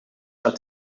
uit